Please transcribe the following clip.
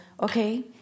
okay